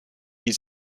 die